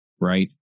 right